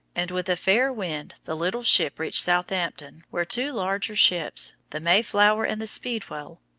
and with a fair wind the little ship reached southampton, where two larger ships, the mayflower and the speedwell,